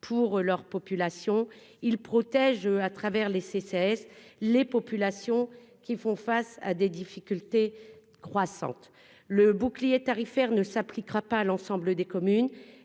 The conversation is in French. pour leur population, il protège à travers les CCAS, les populations qui font face à des difficultés croissantes le bouclier tarifaire ne s'appliquera pas à l'ensemble des communes,